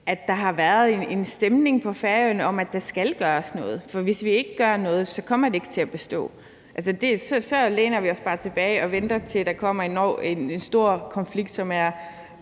at der har været en stemning på Færøerne om, at der skal gøres noget. For hvis vi ikke gør noget, kommer det ikke til at bestå; så læner vi os bare tilbage og venter, til der kommer en stor konflikt, som er